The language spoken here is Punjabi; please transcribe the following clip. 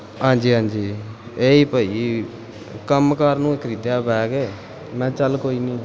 ਹਾਂਜੀ ਹਾਂਜੀ ਇਹੀ ਭਾਅ ਜੀ ਕੰਮ ਕਾਰ ਨੂੰ ਏ ਖਰੀਦਿਆ ਬੈਗ ਮੈਂ ਕਿਹਾ ਚੱਲ ਕੋਈ ਨਹੀਂ